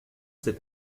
ces